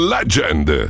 Legend